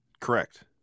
Correct